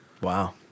Wow